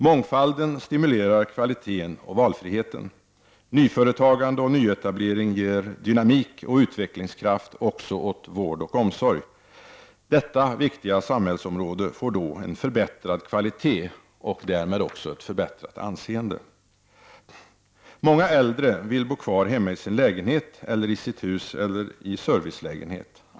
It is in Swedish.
Mångfalden stimulerar kvaliteten och valfriheten. Nyföretagande och nyetablering ger dynamik och utvecklingskraft också åt vård och omsorg. Detta viktiga samhällsområde får då en förbättrad kvalitet och därmed också ett förbättrat anseende. Många äldre vill bo kvar hemma i sin lägenhet eller i sitt hus eller i servicelägenhet.